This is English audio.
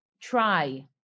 try